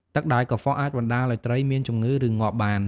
ទឹកដែលកខ្វក់អាចបណ្តាលឲ្យត្រីមានជំងឺ ឬងាប់បាន។